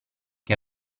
che